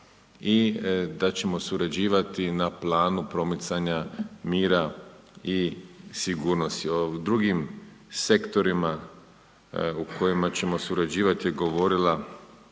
i da ćemo surađivati na planu primicanja mira i sigurnosti. O drugim sektorima u kojima ćemo surađivati je govorila